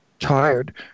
tired